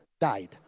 died